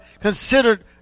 considered